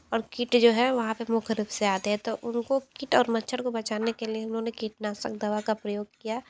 और कीट जो है वहाँ पे मुख्य रूप से आते हैं तो उनको कीट और मच्छर को बचाने के लिए उन्होंने कीटनाशक दवा का प्रयोग किया